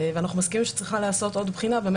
ואנחנו מסכימים שצריכה להיעשות עוד בחינה כדי